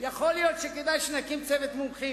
יכול להיות שכדאי שנקים צוות מומחים,